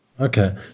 Okay